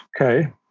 Okay